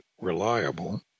reliable